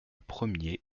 premier